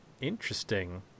Interesting